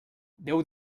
déu